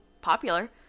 popular